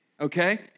Okay